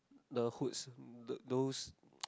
the hooks those